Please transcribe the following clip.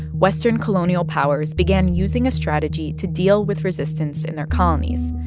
western colonial powers began using a strategy to deal with resistance in their colonies.